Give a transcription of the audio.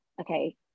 okay